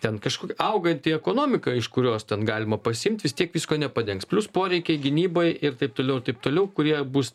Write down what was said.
ten kažkokia auganti ekonomika iš kurios ten galima pasiimt vis tiek visko nepadengs plius poreikiai gynybai ir taip toliau ir taip toliau kurie bus